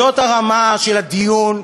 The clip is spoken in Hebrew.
זאת הרמה של הדיון,